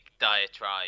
diatribe